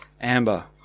Amber